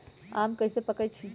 आम कईसे पकईछी?